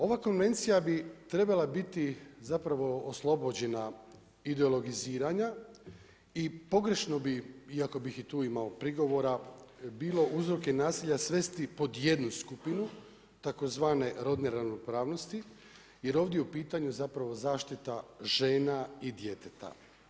Ova konvencija bi trebala biti zapravo oslobođena ideologiziranja i pogrešno bih iako bih i tu imao prigovora bilo uzrok i nasilja svesti pod jednu skupinu tzv. rodne ravnopravnosti jer je ovdje u pitanju zapravo zaštita žena i djeteta.